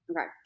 Okay